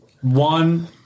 One